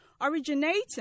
originating